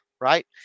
right